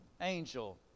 angel